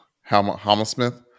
Hammersmith